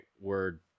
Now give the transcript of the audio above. word